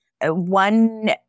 One